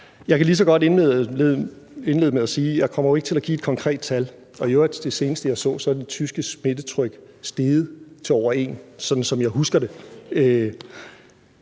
Jeg kan lige så godt indlede med at sige, at jeg jo ikke kommer til at give et konkret tal, og i øvrigt er det seneste, jeg så, at det tyske smittetryk er steget til over 1 – sådan som jeg husker det.